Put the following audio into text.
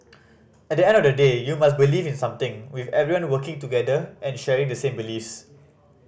at the end of the day you must believe in something with everyone working together and sharing the same beliefs